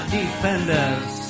defenders